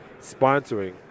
sponsoring